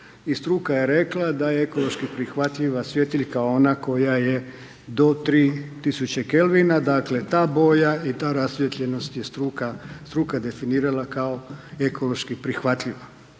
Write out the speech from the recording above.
struka je rekla da je ekološki prihvatljiva svjetiljka ona koja je do 3000 kelvina, dakle, ta boja i ta rasvijetljenost je struka definirala kao ekološki prihvatljiva.